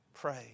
pray